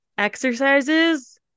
exercises